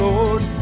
Lord